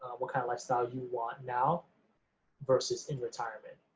what kind of lifestyle you want now versus in retirement.